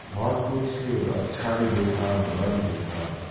بہت کچھ اچھا بھی دیکھا برا بھی دیکھا